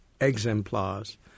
exemplars